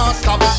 stop